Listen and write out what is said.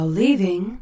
leaving